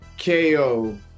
KO